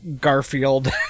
Garfield